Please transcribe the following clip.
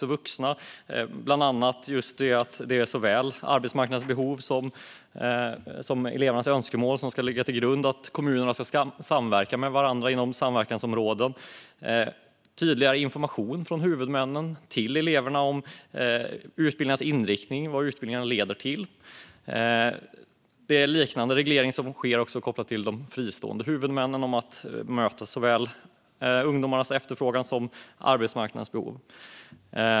Det handlar bland annat om att det är såväl arbetsmarknadens behov som elevernas önskemål som ska ligga till grund för dimensioneringen av utbildningen. Kommunerna ska samverka med varandra inom samverkansområden. Det ska ges tydligare information från huvudmännen till eleverna om utbildningarnas inriktning och vad de kan leda till. En liknande reglering ska ske också kopplat till de fristående huvudmännen. Det handlar alltså om att möta såväl ungdomarnas efterfrågan som arbetsmarknadens behov.